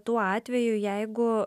tuo atveju jeigu